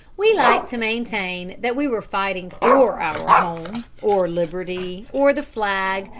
we like to maintain that we were fighting for our home, or liberty, or the flag,